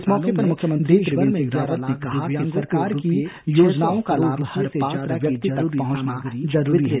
इस मौके पर मुख्यमंत्री त्रियेन्द्र सिंह रावत ने कहा कि सरकार की योजनाओं का लाभ हर पात्र व्यक्ति तक पहुंचना जरूरी है